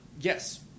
yes